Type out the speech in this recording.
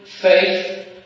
faith